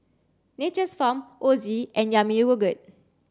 Nature's Farm Ozi and Yami Yogurt